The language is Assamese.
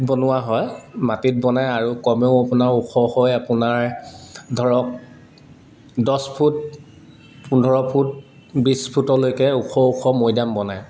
বনোৱা হয় মাটিত বনায় আৰু কমেও আপোনাৰ ওখ হৈ আপোনাৰ ধৰক দছ ফুট পোন্ধৰ ফুট বিছ ফুটলৈকে ওখ ওখ মৈদাম বনায়